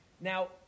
Now